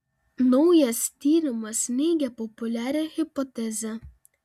naujas tyrimas neigia populiarią hipotezę